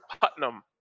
Putnam